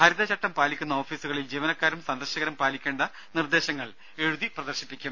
ഹരിതചട്ടം പാലിക്കുന്ന ഓഫീസുകളിൽ ജീവനക്കാരും സന്ദർശകരും പാലിക്കേണ്ട നിർദേശങ്ങൾ എഴുതി പ്രദർശിപ്പിക്കും